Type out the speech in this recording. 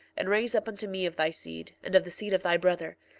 and raise up unto me of thy seed, and of the seed of thy brother,